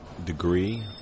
Degree